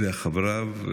אחריו,